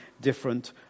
different